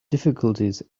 difficulties